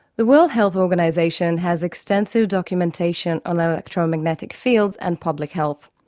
the world health organisation has extensive documentation on electro-magnetic fields and public health.